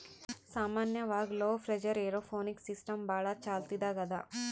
ಸಾಮಾನ್ಯವಾಗ್ low pressure aeroponics system ಭಾಳ್ ಚಾಲ್ತಿದಾಗ್ ಅದಾ